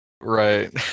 right